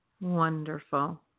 Wonderful